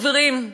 חברים,